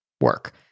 work